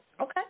Okay